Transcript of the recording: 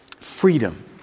Freedom